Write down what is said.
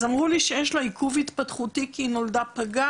אז אמרו לי שיש לה עיכוב התפתחותי כי היא נולדה פגה